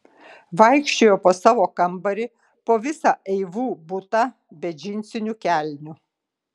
vaikščiojo po savo kambarį po visą eivų butą be džinsinių kelnių